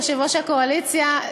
יושב-ראש הקואליציה,